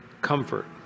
comfort